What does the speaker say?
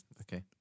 okay